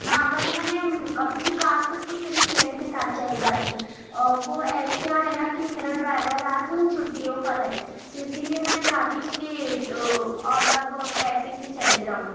ہاں ورنہ میں اپنی کار سے خود میری فرینڈ کے ساتھ چلی جاتی وہ کیا ہے نہ کہ میرا ڈرائیور آج چھٹیوں پر ہے تو اسی لیے میں چاہتی ہوں کہ اولا ٹیکسی سے چلے جاؤں